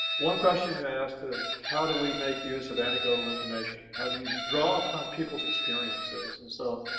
one question you asked is how do we make use of anecdotal information? how do you draw upon people's experiences? and so,